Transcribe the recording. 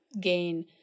gain